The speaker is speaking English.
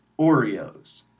Oreos